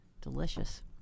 Delicious